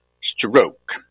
stroke